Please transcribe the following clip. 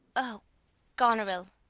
o goneril!